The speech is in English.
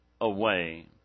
away